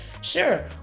Sure